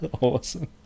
Awesome